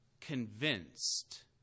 convinced